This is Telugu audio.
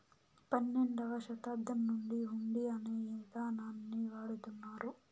పన్నెండవ శతాబ్దం నుండి హుండీ అనే ఇదానాన్ని వాడుతున్నారు